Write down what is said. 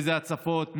איזה הצפות,